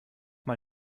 mal